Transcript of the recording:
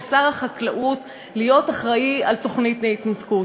לשר החקלאות להיות אחראי לתוכנית ההתנתקות?